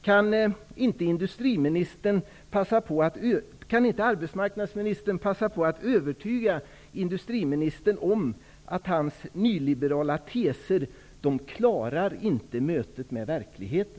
Kan inte arbetsmarknadsministern passa på att övertyga industriministern om att hans nyliberala teser inte klarar mötet med verkligheten?